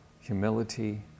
humility